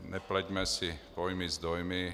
Nepleťme si pojmy s dojmy.